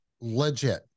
legit